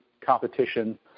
competition